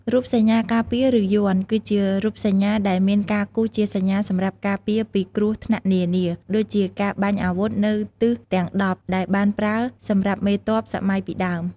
រូបសញ្ញាការពារ ឬ "យ័ន្ត" គឺជារូបសញ្ញាដែលមានការគូរជាសញ្ញាសម្រាប់ការពារពីគ្រោះថ្នាក់នានា ដូចជាការបាញ់អាវុធនៅទិសទាំងដប់ដែលបានប្រើសម្រាប់មេទ័ពសម័យពីដើម។